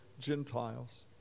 Gentiles